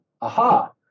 aha